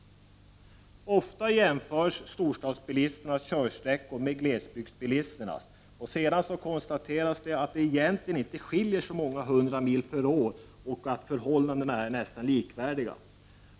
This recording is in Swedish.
Ofta jämförs storstadsbilistens körsträckor med glesbygdsbilistens. Men sedan konstaterar man att det egentligen inte skiljer så många hundra mil per år och att förhållandena är nästan likvärdiga.